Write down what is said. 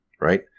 right